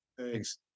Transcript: Thanks